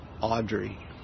Audrey